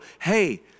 hey